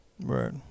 Right